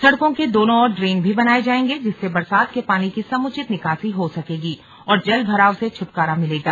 सड़कों के दोनों ओर ड्रेन भी बनाए जाएंगे जिससे बरसात के पानी कि समुचित निकासी हो सकेगी और जल भराव से छ्टकारा मिलेगा